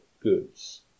goods